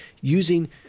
using